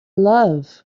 love